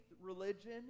religion